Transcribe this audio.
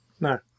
No